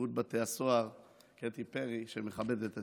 שירות בתי הסוהר קטי פרי, שמכבדת את